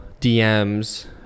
dms